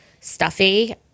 stuffy